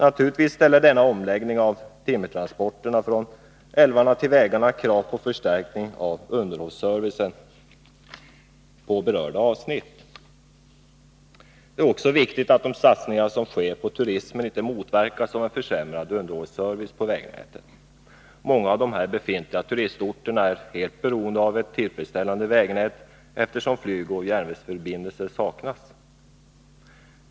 Naturligtvis ställer denna omläggning av timmertransporterna från älvarna till vägarna krav på förstärkningar av underhållsservicen på berörda avsnitt. Det är också viktigt att de satsningar som sker på turismen inte motverkas genom en försämrad underhållsservice på vägnätet. Många av de befintliga turistorterna är helt beroende av ett tillfredsställande vägnät, eftersom flygoch järnvägsförbindelser saknas.